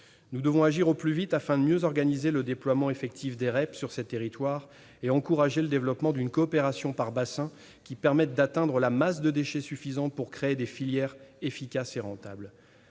Nous devons agir au plus vite afin de mieux organiser le déploiement effectif des REP sur ces territoires et d'encourager le développement d'une coopération par bassin qui permette d'atteindre la masse de déchets suffisante pour créer des filières efficaces et rentables.